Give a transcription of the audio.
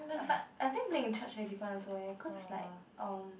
apart I think playing in church very different also eh because it's like um